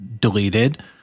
deleted